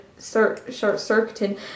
short-circuiting